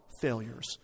failures